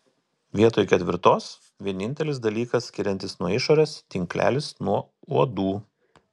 vietoj ketvirtos vienintelis dalykas skiriantis nuo išorės tinklelis nuo uodų